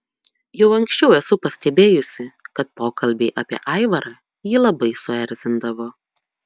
jau anksčiau esu pastebėjusi kad pokalbiai apie aivarą jį labai suerzindavo